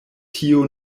tio